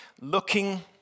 looking